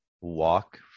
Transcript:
walk